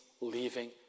leaving